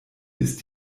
ist